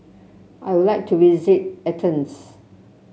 I would like to visit Athens